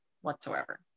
whatsoever